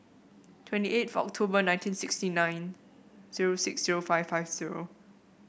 twenty eight October nineteen sixty nine zero six zero five five zero